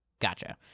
Gotcha